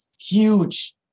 huge